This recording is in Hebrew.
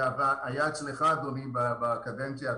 שהיה אצלך בדיון, אדוני, בקדנציה הקודמת.